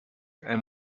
and